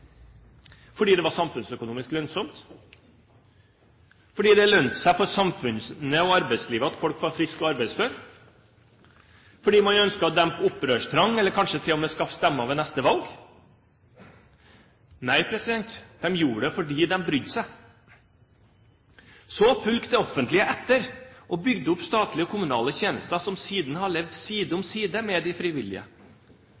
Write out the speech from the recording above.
fordi det lønte seg for samfunnet og arbeidslivet at folk var friske og arbeidsføre? Var det fordi man ønsket å dempe opprørstrang, eller kanskje til og med ønsket å skaffe stemmer ved neste valg? Nei, de gjorde det fordi de brydde seg. Så fulgte det offentlige etter og bygde opp statlige og kommunale tjenester, som siden har levd side om